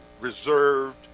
reserved